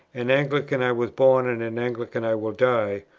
an anglican i was born, and an anglican i will die.